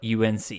UNC